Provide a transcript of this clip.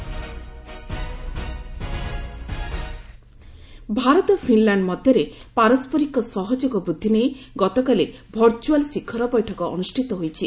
PM Finland Bharat Finland ମଧ୍ୟରେ ପାରସ୍କରିକ ସହଯୋଗ ବୃଦ୍ଧି ନେଇ ଗତକାଲି ଭର୍ଚୁଆଲ ଶିଖର ବୈଠକ ଅନୁଷ୍ଠିତ ହୋଇଛି